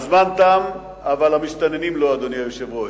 הזמן תם, אבל המסתננים לא, אדוני היושב-ראש.